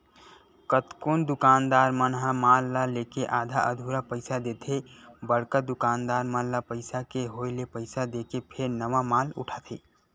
कतकोन दुकानदार मन ह माल ल लेके आधा अधूरा पइसा देथे बड़का दुकानदार मन ल पइसा के होय ले पइसा देके फेर नवा माल उठाथे